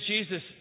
Jesus